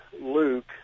Luke